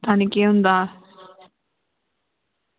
पता निं केह् होंदा